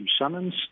summons